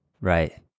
Right